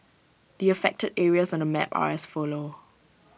the affected areas on the map are as follow